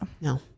No